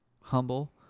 humble